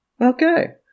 Okay